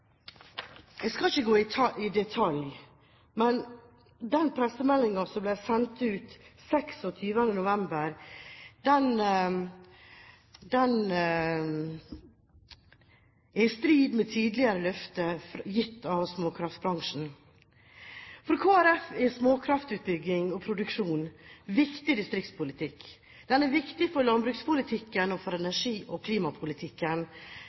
Jeg skal ikke gå i detalj, men den pressemeldingen som ble sendt ut 26. november 2009, er i strid med tidligere løfter gitt til småkraftbransjen. For Kristelig Folkeparti er småkraftutbygging og -produksjon viktig distriktspolitikk, viktig for landbrukspolitikken og for energi- og klimapolitikken. Derfor er dette en viktig sak for oss. Tidligere olje- og